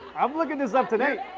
i'm looking this up tonight.